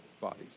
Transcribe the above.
bodies